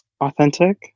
authentic